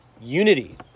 unity